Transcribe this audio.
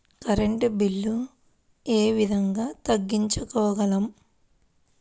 Current bill ఏ విధంగా తగ్గించుకోగలము?